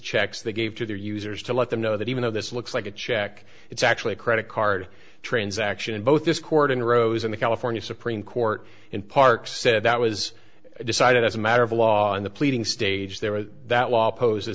checks they gave to their users to let them know that even though this looks like a check it's actually a credit card transaction and both this court in rows in the california supreme court in park said that was decided as a matter of law and the pleading stage there was that law pose a